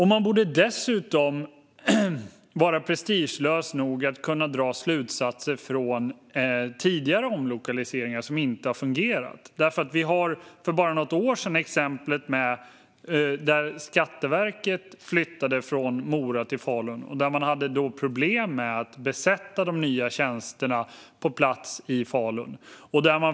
Man borde dessutom vara prestigelös nog att kunna dra slutsatser av tidigare omlokaliseringar som inte har fungerat. För bara något år sedan hade vi ett exempel där Skatteverket flyttade från Mora till Falun. Då hade man problem med att besätta de nya tjänsterna på plats i Falun.